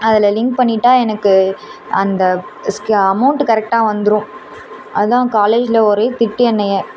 அதில் லிங்க் பண்ணிவிட்டா எனக்கு அந்த அமௌண்ட்டு கரெக்டாக வந்துடும் அதான் காலேஜில் ஒரே திட்டு என்னை